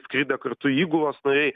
skridę kartu įgulos nariai